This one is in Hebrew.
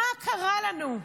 מה קרה לנו?